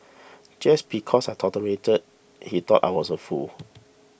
just because I tolerated he thought I was a fool